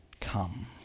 come